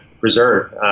Reserve